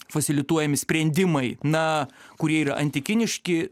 fasilituojami sprendimai na kurie yra antikiniški